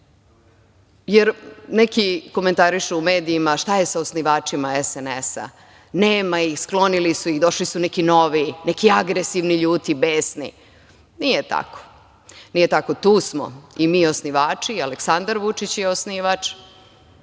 jer neki komentarišu u medijima, šta je sa osnivačima SNS, nema ih, sklonili su ih, došli su neki novi, neki agresivni, ljuti, besni. Nije tako. Tu smo, i mi osnivači, i Aleksandar Vučić je osnivač,